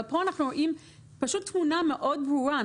אבל פה אנחנו רואים פשוט תמונה מאוד ברורה: